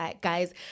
guys